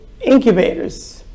incubators